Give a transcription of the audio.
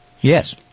Yes